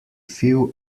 few